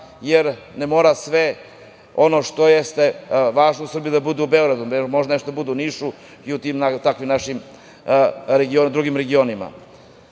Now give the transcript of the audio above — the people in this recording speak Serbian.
Jer, ne mora sve ono što je važno u Srbiji da bude u Beogradu, može nešto da bude i u Nišu i u našim drugim regionima. Jedna